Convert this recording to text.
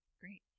great